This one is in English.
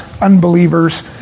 unbelievers